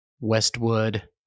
Westwood